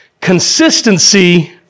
Consistency